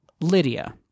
Lydia